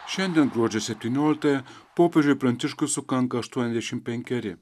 šiandien gruodžio septynioliktąją popiežiui pranciškui sukanka aštuoniasdešim penkeri